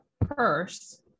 purse